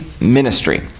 ministry